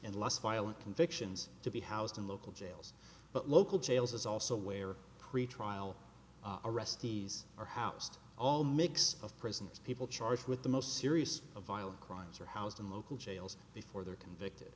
and less violent convictions to be housed in local jails but local jails is also where pretrial arrestees are housed all mix of prisoners people charged with the most serious of violent crimes are housed in local jails before they're convicted